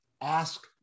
ask